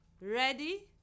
Ready